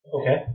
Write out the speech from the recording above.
Okay